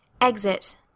exit